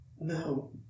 No